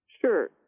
Sure